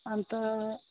अन्त